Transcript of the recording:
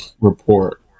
report